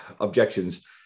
objections